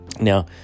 Now